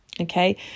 Okay